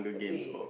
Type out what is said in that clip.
fit